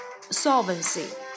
Solvency